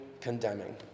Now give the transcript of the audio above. condemning